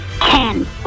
Ten